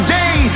day